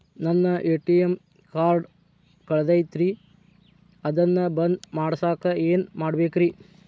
ನನ್ನ ATM card ಕಳದೈತ್ರಿ ಅದನ್ನ ಬಂದ್ ಮಾಡಸಾಕ್ ಏನ್ ಮಾಡ್ಬೇಕ್ರಿ?